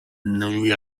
lui